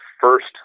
first